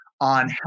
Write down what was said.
on